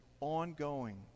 ongoing